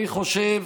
אני חושב